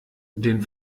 den